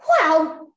Wow